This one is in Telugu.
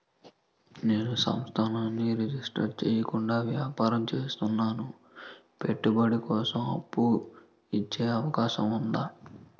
నేను సంస్థను రిజిస్టర్ చేయకుండా వ్యాపారం చేస్తున్నాను పెట్టుబడి కోసం అప్పు ఇచ్చే అవకాశం ఉందా?